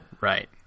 Right